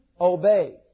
obey